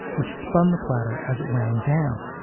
which spun the platter as it wound down.